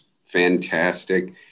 fantastic